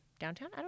downtown